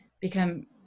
become